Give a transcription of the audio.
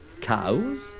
Cows